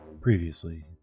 Previously